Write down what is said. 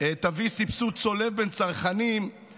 תביא לסבסוד צולב בין צרכנים,